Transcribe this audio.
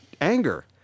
anger